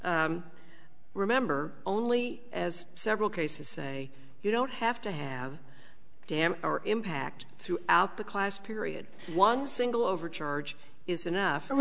remember only as several cases say you don't have to have a dam or impact throughout the class period one single overcharge is enough for me